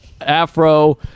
afro